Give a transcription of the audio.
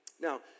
Now